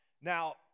Now